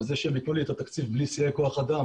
וזה שהם יתנו לי את התקציב בלי סיוע כוח אדם,